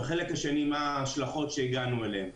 והחלק השני מה ההשלכות שהגענו אליהן.